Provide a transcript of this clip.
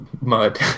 Mud